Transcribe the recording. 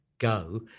go